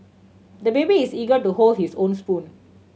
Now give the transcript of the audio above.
the baby is eager to hold his own spoon